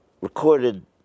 recorded